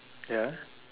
ya